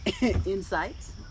insights